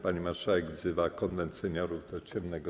Pani marszałek wzywa Konwent Seniorów do ciemnego